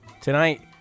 tonight